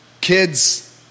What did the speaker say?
kids